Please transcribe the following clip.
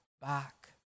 back